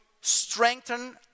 strengthen